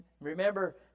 remember